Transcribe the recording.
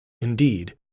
Indeed